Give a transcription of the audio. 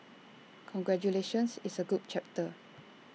congratulations it's A good chapter